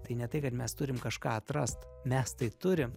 tai ne tai kad mes turim kažką atrast mes tai turim